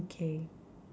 okay